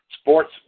Sports